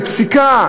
זה פסיקה,